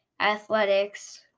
Athletics